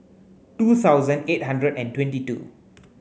two thousand eight hundred and twenty two